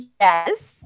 Yes